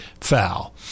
foul